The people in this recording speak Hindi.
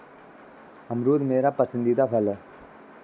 अमरूद मेरा पसंदीदा फल है